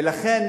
ולכן,